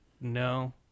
no